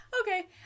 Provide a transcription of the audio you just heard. okay